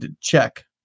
check